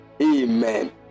Amen